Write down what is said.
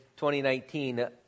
2019